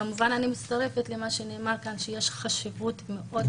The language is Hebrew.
וכמובן אני מצטרפת למה שנאמר כאן שיש חשיבות חשובה